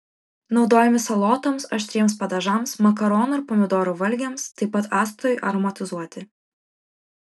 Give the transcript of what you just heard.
naudojami salotoms aštriems padažams makaronų ir pomidorų valgiams taip pat actui aromatizuoti